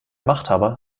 machthaber